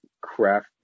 craft